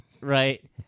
right